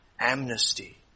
amnesty